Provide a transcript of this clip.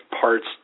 parts